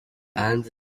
ange